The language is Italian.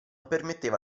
permetteva